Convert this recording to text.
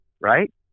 right